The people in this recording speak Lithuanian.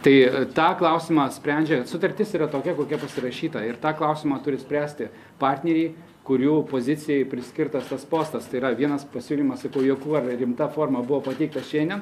tai tą klausimą sprendžia sutartis yra tokia kokia pasirašyta ir tą klausimą turi spręsti partneriai kurių pozicijai priskirtas tas postas tai yra vienas pasiūlymas sakau juokų ar rimta forma buvo pateiktas šiandien